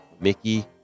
Mickey